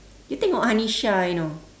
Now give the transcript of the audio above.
you tengok hanisha you know